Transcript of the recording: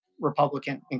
Republican